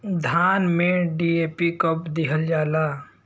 धान में डी.ए.पी कब दिहल जाला?